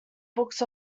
books